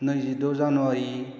नैजिद' जानुवारि